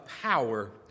power